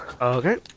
Okay